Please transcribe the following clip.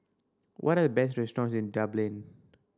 what are the best restaurant in Dublin